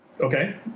Okay